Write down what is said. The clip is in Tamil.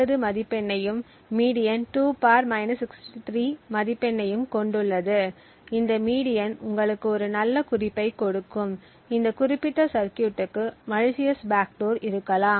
50 மதிப்பெண்ணையும் மீடியன் 2 மதிப்பெண்ணையும் கொண்டுள்ளது இந்த மீடியன் உங்களுக்கு ஒரு நல்ல குறிப்பைக் கொடுக்கும் இந்த குறிப்பிட்ட சர்கியூட்டுக்கு மலிசியஸ் பேக்டோர் இருக்கலாம்